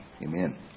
Amen